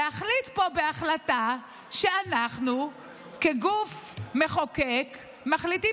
להחליט פה החלטה שאנחנו כגוף מחוקק מחליטים